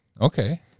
Okay